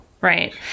right